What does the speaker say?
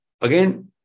again